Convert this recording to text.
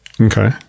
okay